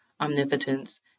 omnipotence